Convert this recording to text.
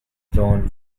dawn